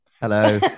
Hello